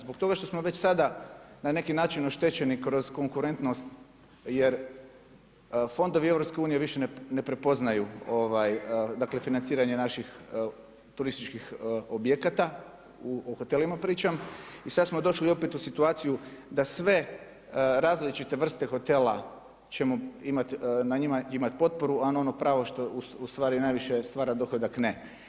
Zbog toga što smo već sada na neki način oštećeni kroz konkurentnost jer fondovi EU više ne prepoznaju financiranje naših turističkih objekata, o hotelima pričam i sada smo došli opet u situaciju da sve različite vrste hotela ćemo na njima imati potporu, a na ono pravo što ustvari najviše stvara dohodak ne.